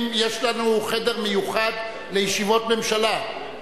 יש לנו חדר מיוחד לישיבות ממשלה.